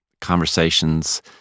Conversations